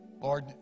Lord